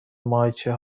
ماهیچه